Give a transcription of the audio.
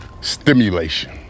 stimulation